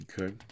Okay